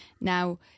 Now